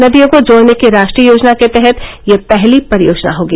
नदियों को जोड़ने की राष्ट्रीय योजना के तहत यह पहली परियोजना होगी